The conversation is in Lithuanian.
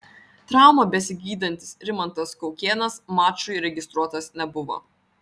traumą besigydantis rimantas kaukėnas mačui registruotas nebuvo